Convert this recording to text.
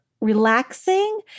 relaxing